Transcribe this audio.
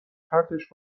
پرتش